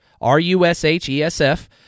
R-U-S-H-E-S-F